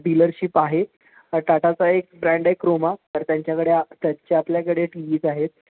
dealership आहे टाटाचा एक ब्रँड आहे क्रोमा तर त्यांच्याकडे त्याचे आपल्याकडे टी व्ही ज आहेत